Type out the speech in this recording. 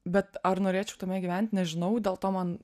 bet ar norėčiau tame gyvent nežinau dėl to man